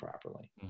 properly